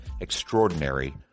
extraordinary